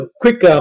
quick